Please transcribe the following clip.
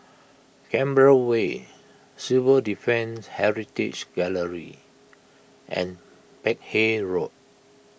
Canberra Way Civil Defence Heritage Gallery and Peck Hay Road